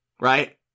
right